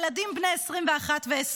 ילדים בני 21 ו-20,